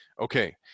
Okay